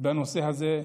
בנושא הזה,